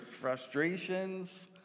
frustrations